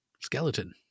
skeleton